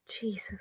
Jesus